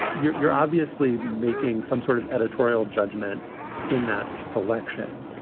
you're you're obviously making some sort of editorial judgment in that selection.